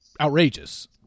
outrageous